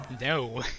no